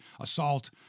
assault